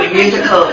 musical